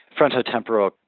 Frontotemporal